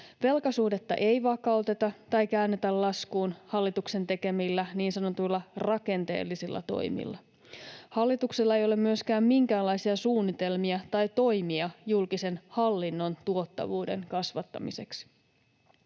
Velkasuhdetta ei vakauteta tai käännetä laskuun hallituksen tekemillä niin sanotuilla rakenteellisilla toimilla. Hallituksella ei ole myöskään minkäänlaisia suunnitelmia tai toimia julkisen hallinnon tuottavuuden kasvattamiseksi.